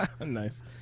nice